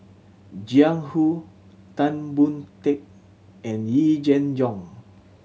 Jiang Hu Tan Boon Teik and Yee Jenn Jong